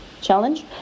challenge